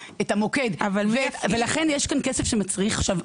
המוקד ולכן יש כאן כסף שמצריך --- אבל מי יפעיל?